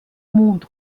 mond